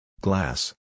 Glass